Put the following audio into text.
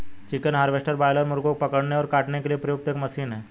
chicken harvester broiler मुर्गों को पकड़ने और काटने के लिए प्रयुक्त एक मशीन है